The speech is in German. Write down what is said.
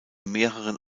mehreren